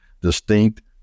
distinct